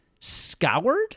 scoured